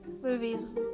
movies